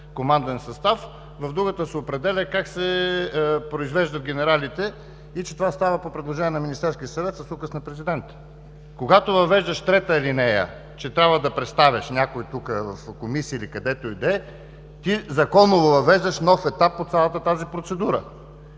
команден състав, в другата се определя как се произвеждат генералите и че това става по предложение на Министерския съвет с указ на президента. Когато въвеждаш трета алинея, че трябва да представяш някой в комисия или където и да е, ти законово въвеждащ нов етап от цялата процедура.